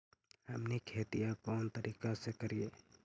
हमनी खेतीया कोन तरीका से करीय?